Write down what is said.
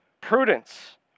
Prudence